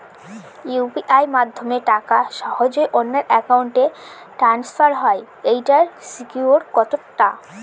UPI মাধ্যমে টাকা সহজেই অন্যের অ্যাকাউন্ট ই ট্রান্সফার হয় এইটার সিকিউর কত টা?